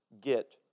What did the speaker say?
get